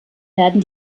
werden